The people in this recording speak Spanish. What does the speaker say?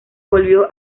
volvió